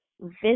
Visit